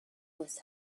was